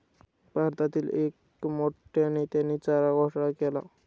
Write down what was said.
भारतातील एक मोठ्या नेत्याने चारा घोटाळा केला